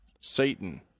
Satan